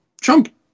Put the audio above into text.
Trump